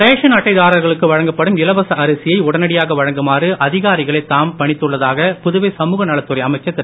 ration அட்டைதாரர்களுக்கு வழங்கப்படும் இலவச அரிசியை உடனடியாக வழங்குமாறு அதிகாரிகளை தாம் பணித்துள்ளதாக புதுவை சமூக நலத்துறை அமைச்சர் திரு